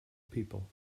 people